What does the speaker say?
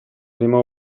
prima